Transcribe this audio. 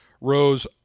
rose